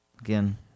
Again